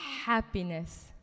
happiness